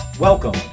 Welcome